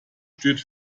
steht